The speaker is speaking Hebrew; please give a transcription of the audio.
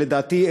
ולדעתי,